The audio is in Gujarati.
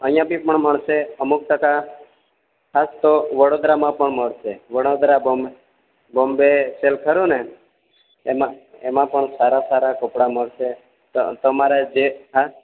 અહિયાં બી મળશે અમુક ટકા ખાસ તો વડોદરામાં પણ મળશે વડોદરા બોમ બોમ્બે શહેર ખરું ને એમાં એમાં પણ સારા સારા કપડાં મળશે તમારે જે ખાસ